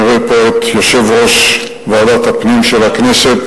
אני רואה פה את יושב-ראש ועדת הפנים של הכנסת,